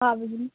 हा भगिनि